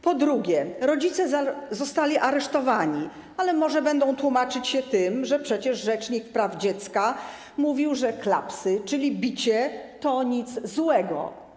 Po drugie, rodzice zostali aresztowani, ale może będą tłumaczyć się tym, że przecież rzecznik praw dziecka mówił, że klapsy, czyli bicie, to nic złego.